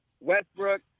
Westbrook